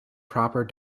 proper